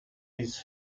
his